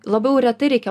labiau retai reikia